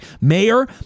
Mayor